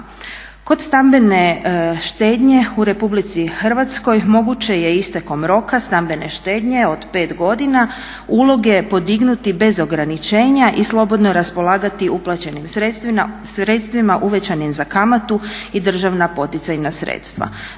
Kod stambene štednje u Republici Hrvatskoj moguće je istekom roka stambene štednje od 5 godina uloge podignuti bez ograničenja i slobodno raspolagati uplaćenim sredstvima uvećanim za kamatu i državna poticajna sredstva.